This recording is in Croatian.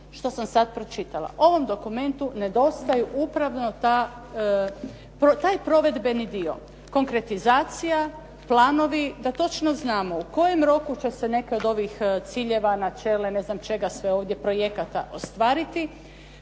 što sam sad pročitala. Ovom dokumentu nedostaju upravo taj provedbeni dio, konkretizacija, planovi da točno znamo u kojem roku će se neki od ovih ciljeva, načela i ne znam čega sve ovdje projekata ostvariti,